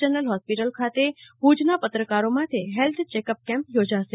general ફોસ્પિટલમાં ભુજ ખાતેના પત્રકારો માટે ફેલ્થ ચેકઅપ કેમ્પ યોજાશે